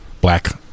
black